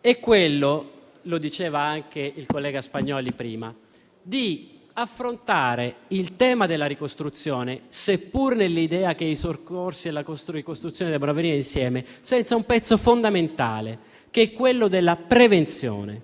- come diceva anche il collega Spagnolli prima - è quello di affrontare il tema della ricostruzione, seppur nell'idea che i soccorsi e la ricostruzione debbano avvenire insieme, senza un pezzo fondamentale, che è la prevenzione.